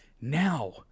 Now